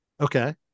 Okay